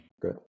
good